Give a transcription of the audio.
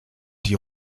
die